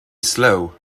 slow